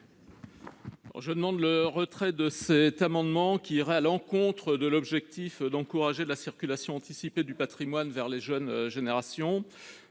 ? L'adoption de cet amendement irait à l'encontre de l'objectif d'encourager la circulation anticipée du patrimoine vers les jeunes générations.